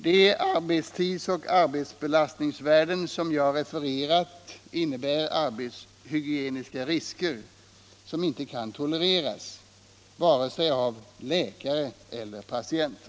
De arbetstidsoch arbetsbelastningsvärden som jag refererat till innebär arbetshygieniska risker som inte kan tolereras, vare sig av läkare eller av patienter.